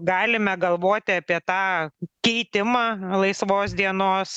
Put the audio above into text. galime galvoti apie tą keitimą laisvos dienos